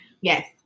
Yes